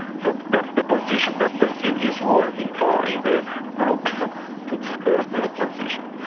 so that's the position that brazil is working for in the groups to discuss this transition.